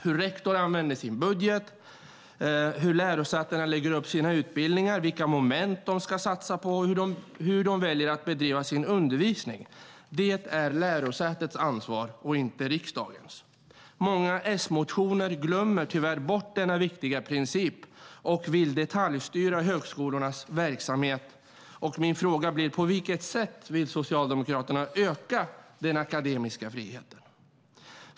Hur rektor använder sin budget, hur lärosäten lägger upp sina utbildningar, vilka moment de satsar på och hur de väljer att bedriva sin undervisning är lärosätets ansvar, inte riksdagens. I många S-motioner glömmer man tyvärr bort denna viktiga princip och vill detaljstyra högskolornas verksamhet. Min fråga blir: På vilket sätt vill Socialdemokraterna öka den akademiska friheten?